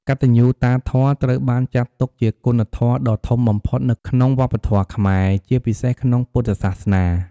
កតញ្ញូតាធម៌ត្រូវបានចាត់ទុកជាគុណធម៌ដ៏ធំបំផុតនៅក្នុងវប្បធម៌ខ្មែរ ជាពិសេសក្នុងពុទ្ធសាសនា។